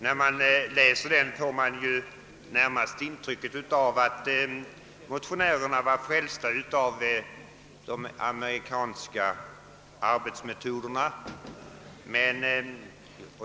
När man läste motionen fick man närmast intrycket att motionärerna var frälsta av de amerikanska arbetsmetoderna.